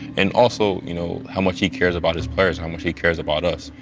and also you know how much he cares about his players, how much he cares about us.